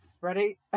Ready